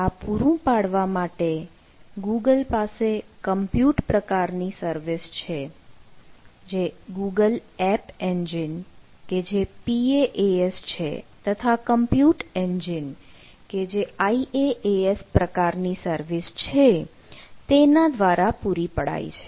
આ પૂરું પાડવા માટે ગૂગલ પાસે કમ્પ્યુટ પ્રકારની સર્વિસ છે આ ગૂગલ એપ એન્જિન કે જે PaaS છે તથા કમ્પ્યુટ એન્જિન કે જે IaaS પ્રકારની સર્વિસ છે તેના દ્વારા પુરી પડાય છે